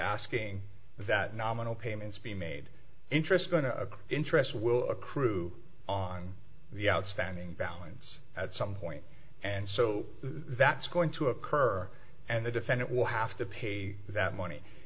asking that nominal payments be made interest going to interest will accrue on the outstanding balance at some point and so that's going to occur and the defendant will have to pay that money